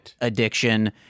addiction